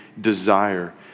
desire